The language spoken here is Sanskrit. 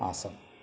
आसम्